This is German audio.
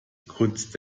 kunst